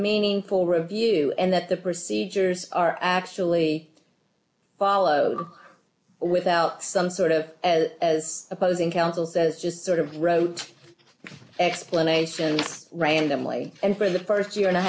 meaningful review and that the procedures are actually followed without some sort of opposing counsel says just sort of rote explanation randomly and for the st year and